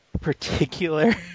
particular